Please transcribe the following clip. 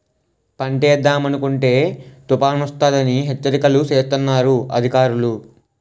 పంటేద్దామనుకుంటే తుపానొస్తదని హెచ్చరికలు సేస్తన్నారు అధికారులు